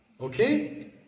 okay